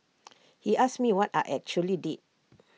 he asked me what I actually did